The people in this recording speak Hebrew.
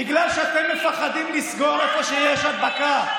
בגלל שאתם פוחדים לסגור איפה שיש הדבקה,